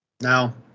now